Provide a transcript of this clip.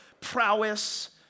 prowess